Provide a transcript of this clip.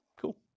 Cool